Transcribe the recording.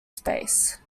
space